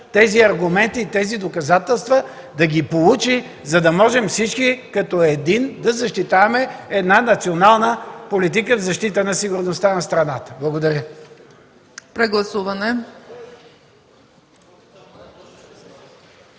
тези аргументи и тези доказателства, да ги получи, за да можем всички като един да защитаваме една национална политика в защита на сигурността на страната. Благодаря.